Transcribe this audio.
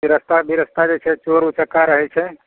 रस्ता बिरस्ता जे छै चोर उचक्का रहैत छै